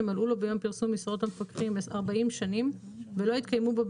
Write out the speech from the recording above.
שמלאו לו ביום פרסום משרות מפקחים 40 שנים ולא התקיימו בו,